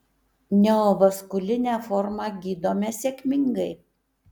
neovaskulinę formą gydome sėkmingai